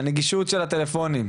הנגישות של הטלפונים,